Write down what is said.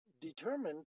determined